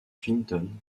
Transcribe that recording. clinton